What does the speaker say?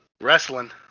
wrestling